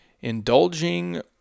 indulging